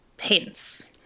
hints